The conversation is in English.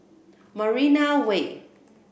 Marina Way